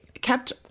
kept